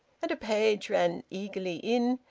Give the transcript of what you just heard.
and a page ran eagerly in,